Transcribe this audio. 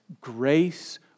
grace